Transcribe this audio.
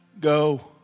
Go